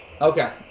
Okay